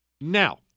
Now